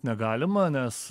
negalima nes